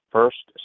First